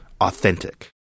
authentic